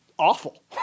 Awful